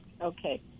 Okay